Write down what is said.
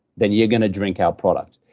then you're going to drink our product.